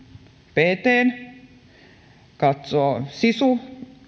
ptn sisu